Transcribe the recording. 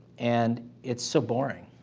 and it's so boring